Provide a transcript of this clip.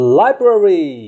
library 。